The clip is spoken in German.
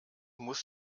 muss